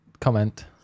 comment